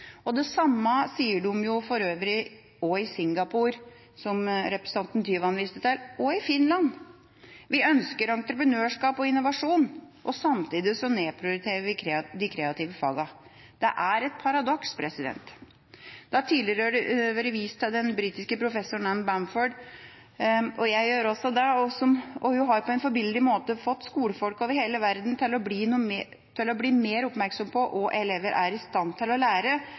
Det samme sier de for øvrig også i Singapore, som representanten Tyvand viste til, og i Finland. Vi ønsker entreprenørskap og innovasjon, og samtidig nedprioriterer vi de kreative fagene. Det er et paradoks. Det har tidligere vært vist til den britiske professoren Anne Bamford, og jeg gjør også det. Hun har på en forbilledlig måte fått skolefolk over hele verden til å bli mer oppmerksomme på hva elever er i stand til å lære